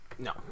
no